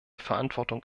verantwortung